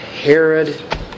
Herod